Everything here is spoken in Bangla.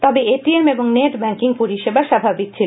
তবে এ টি এম এবং নেট ব্যাংকিং পরিষেবা স্বাভাবিক ছিল